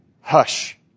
Hush